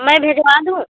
मैं भिजवा दूँ